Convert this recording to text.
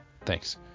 Thanks